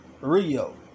Rio